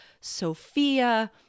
Sophia